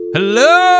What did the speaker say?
Hello